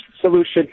solution